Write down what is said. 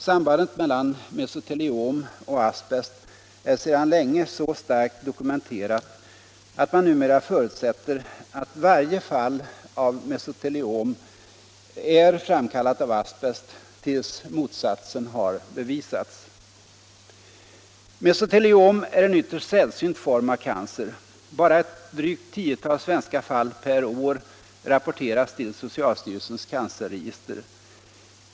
Sambandet mellan mesoteliom och asbest är sedan länge så starkt dokumenterat att man numera, till dess motsatsen har bevisats, förutsätter att varje fall av mesoteliom är framkallat av asbest. Mesoteliom är en ytterst sällsynt form av cancer. Bara ett drygt tiotal svenska fall per år rapporteras till socialstyrelsens cancerregister.